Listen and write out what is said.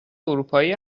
اروپایی